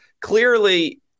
Clearly